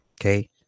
okay